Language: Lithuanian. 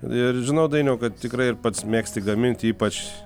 ir žinau dainiau kad tikrai ir pats mėgsti gaminti ypač